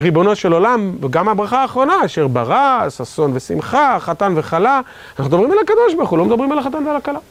ריבונו של עולם, וגם הברכה האחרונה, אשר ברא, ששון ושמחה, חתן וחלה, אנחנו מדברים על הקב"ה, אנחנו לא מדברים על החתן ועל הכלה.